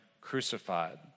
crucified